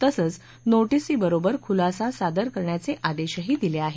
तसंच नोटिसीबरोबर खुलासा सादर करण्याचे आदेशही दिले आहेत